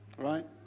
Right